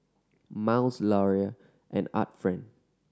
Miles Laurier and Art Friend